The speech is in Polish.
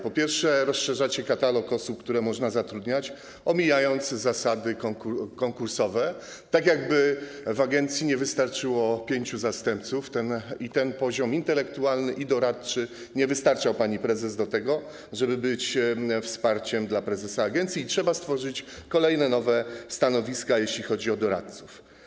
Po pierwsze, rozszerzacie katalog osób, które można zatrudniać, omijając zasady konkursowe, tak jakby w agencji nie wystarczyło pięciu zastępców i ten poziom intelektualny i doradczy nie wystarczał pani prezes do tego, żeby być wsparciem dla prezesa agencji, i tak jakby trzeba było stworzyć kolejne nowe stanowiska, jeśli chodzi o doradców.